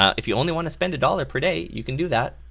um if you only want to spend a dollar per day you can do that.